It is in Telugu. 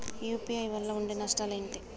యూ.పీ.ఐ వల్ల ఉండే నష్టాలు ఏంటి??